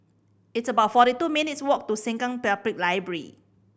it's about forty two minutes' walk to Sengkang Public Library